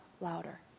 louder